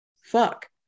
fuck